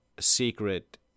secret